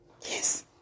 Yes